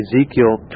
Ezekiel